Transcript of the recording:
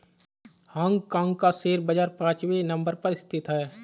Hong Kong का share बाजार पांचवे नम्बर पर स्थित है